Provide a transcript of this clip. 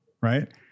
Right